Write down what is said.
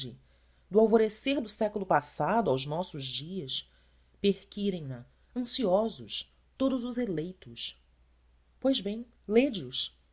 do alvorar do século passado aos nossos dias perquirem na ansiosos todos os eleitos pois bem lede os